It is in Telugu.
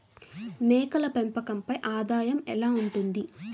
మేకల పెంపకంపై ఆదాయం ఎలా ఉంటుంది?